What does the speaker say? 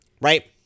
right